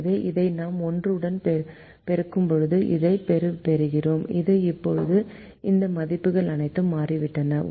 எனவே இதை நாம் 1 உடன் பெருக்கும்போது இதைப் பெறுகிறோம் இப்போது இந்த மதிப்புகள் அனைத்தும் மாறிவிட்டன